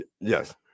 Yes